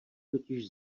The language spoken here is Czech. totiž